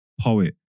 Poet